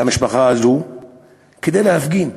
למשפחה הזו את האישור להפגין.